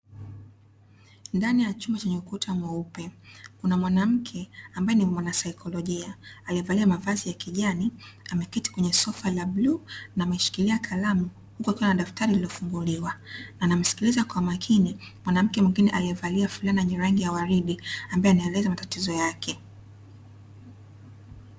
Ndani ya chumba chenye ukuta mweupe, kuna mwanamke ambaye ni mwana saikolojia, aliyevalia mavazi ya kijani, ameketi kwenye sofa la bluu na ameshikilia kalamu huku akiwa na daftari lililofunguliwa, anamsikiliza kwa umakini mwanamke mwingine aliyevalia fulana yenye rangi ya waridi ambaye anawleza matatizo yake.